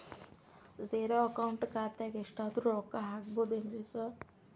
Zero account ಖಾತ್ಯಾಗ ಎಷ್ಟಾದ್ರೂ ರೊಕ್ಕ ಹಾಕ್ಬೋದೇನ್ರಿ ಸಾರ್?